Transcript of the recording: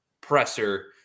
presser